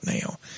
now